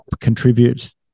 Contribute